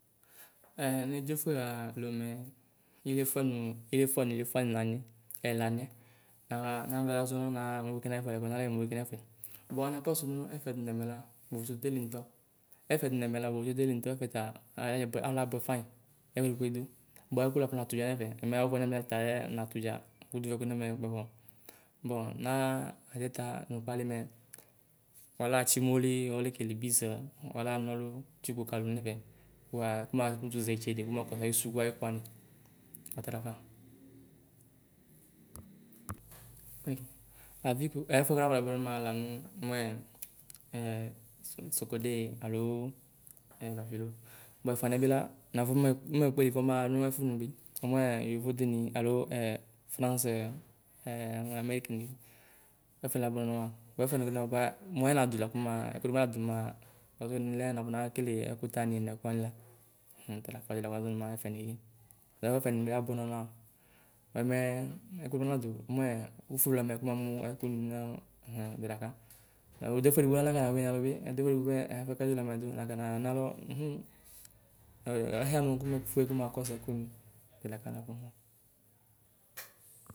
ɛɛ nedzo fueɣa Lomɛ ilifua nuu iliefua nɛlaniɛ ɛna niɛ. Naɣaa nanula lazɔnɔ, naɣa mɔkeke nayɛfuɛ, nafɔ nayɛ mokɛkɛ nɛfɛ. Buaa nakɔsu ɛfɛ nu ɛfɛ du nɛmɛla busu duyili nutɔ. Ɛfɛ du nɛmɛ la vovoedoli ŋto. Ɛmɛ awafue nɛmɛ taɛ natudza, yakutu vuɛku nɛmɛ bɔbɔ. Bɔ naɣa Adeta nu kpalime wualaatsiumolii wualee kele biz, wuala nɔlu tsukpo kaluu nɛfɛ; ku wuaɣa kuma kutu zitsede kumaɔ losu sukuayɛku wani ɔtalafa. Hn avipru ɛfuɛ afɔmabuenɔ nimahala o mʋɛ ɛɛ Sokodee aloo ɛɛ Bafilo. Buaɛfuaniɛ bila navu nimekpelifua nimaɣa ɛfunu biomoɛ. Yovode mii aloo ɛ Fraŋzo, ɛɛ Ameriki ni. Ɛfɛ labuenɔ. bua Ɛfuɛnɔbinɔɔba. moayɛ naduna Kumaɣa otrema naduna nimaɣa; `Passe` anilɛɛ nafo nekele ɛkutami nɛ kuwanila hm talafuadui kamazɔ nu nimayɛfɛnii. Ɛdu ɛfuɛdikpekpe ɛfʋɛ kazɔ namɛ ɛdu ɛnakaɣa nalɔ ŋhmɛ lahia nu kumefue kuma kɔsu kumu ɛga ata nɛfu.